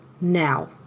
now